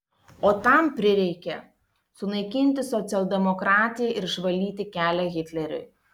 o tam prireikė sunaikinti socialdemokratiją ir išvalyti kelią hitleriui